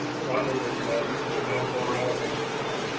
rhonda was next, and then laura and then kristina.